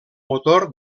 motor